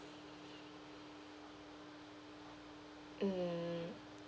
mm